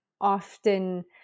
often